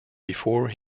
before